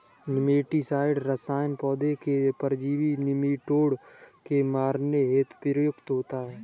nematicide रसायन पौधों के परजीवी नोमीटोड को मारने हेतु प्रयुक्त होता है